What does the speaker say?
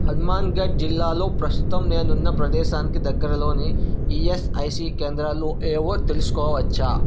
హనుమాన్ఘడ్ జిల్లాలో ప్రస్తుతం నేనున్న ప్రదేశానికి దగ్గరలోని ఈఎస్ఐసి కేంద్రాలు ఏవో తెలుసుకోవచ్చా